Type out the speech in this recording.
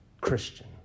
Christian